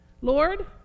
Lord